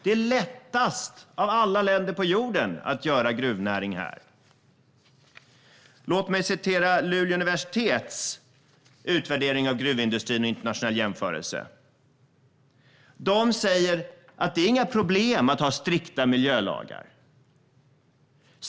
I jämförelse med alla andra länder på jorden är det lättast att bedriva gruvnäring här. Luleå tekniska universitet har gjort en utvärdering av gruvindustrin i en internationell jämförelse. De säger att det inte är några problem att ha strikta miljölagar.